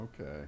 Okay